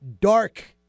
dark